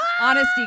honesty